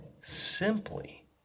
simply